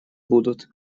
будут